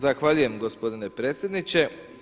Zahvaljujem gospodine predsjedniče.